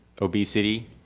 obesity